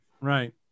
Right